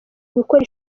gukora